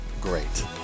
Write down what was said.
great